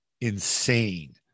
insane